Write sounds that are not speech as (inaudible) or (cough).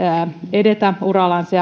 edetä urallansa (unintelligible)